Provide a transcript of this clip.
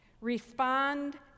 respond